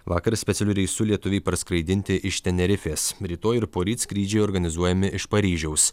vakar specialiu reisu lietuviai parskraidinti iš tenerifės rytoj ir poryt skrydžiai organizuojami iš paryžiaus